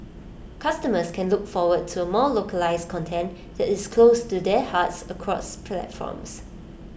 customers can look forward to more localised content that is close to their hearts across platforms